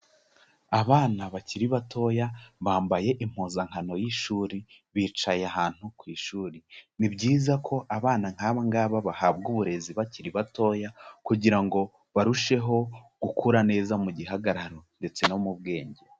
Abana bakiri batoya bambaye impuzankano y'ishuri bicaye ahantu ku ishuri. Ni byiza ko abana nkaga bahabwa uburezi bakiri batoya kugira ngo barusheho gukura neza mu gihagararo ndetse no mu bwenge.